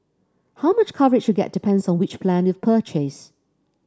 how much coverage you get depends on which plan you've purchased